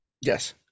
Yes